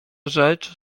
rzecz